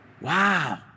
Wow